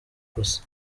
gusa